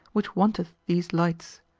which wanteth these lights.